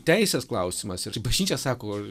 teisės klausimas ir čia bažnyčia sako